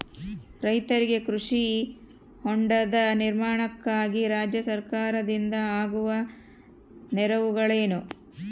ರೈತರಿಗೆ ಕೃಷಿ ಹೊಂಡದ ನಿರ್ಮಾಣಕ್ಕಾಗಿ ರಾಜ್ಯ ಸರ್ಕಾರದಿಂದ ಆಗುವ ನೆರವುಗಳೇನು?